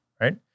right